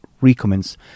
recommence